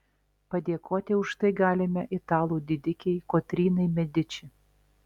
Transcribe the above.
padėkoti už tai galime italų didikei kotrynai mediči